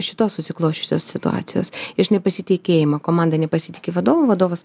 šitos susiklosčiusios situacijos iš nepasitikėjimo komanda nepasitiki vadovu vadovas